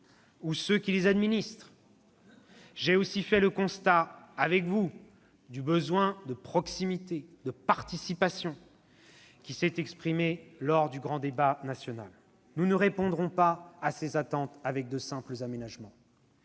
ou qui les administrent. J'ai aussi fait le constat avec vous du besoin de proximité et de participation qui s'est exprimé lors du grand débat. Nous ne répondrons pas à ces attentes avec de simples aménagements.